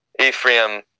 Ephraim